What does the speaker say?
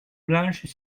blanches